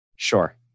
Sure